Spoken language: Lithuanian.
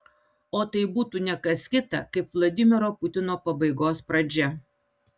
o tai būtų ne kas kita kaip vladimiro putino pabaigos pradžia